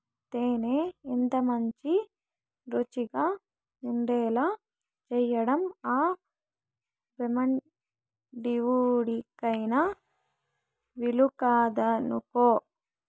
తేనె ఎంతమంచి రుచిగా ఉండేలా చేయడం ఆ బెమ్మదేవుడికైన వీలుకాదనుకో